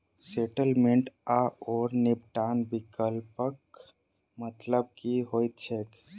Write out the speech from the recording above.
Settlement आओर निपटान विकल्पक मतलब की होइत छैक?